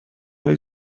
های